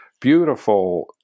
beautiful